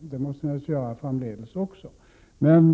det måste vi göra framdeles också.